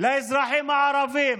לאזרחים הערבים,